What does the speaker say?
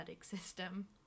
system